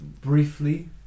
briefly